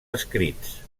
escrits